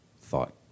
thought